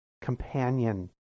companion